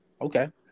okay